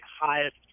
highest